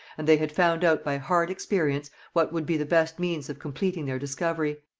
and they had found out by hard experience what would be the best means of completing their discovery.